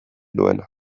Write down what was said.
duena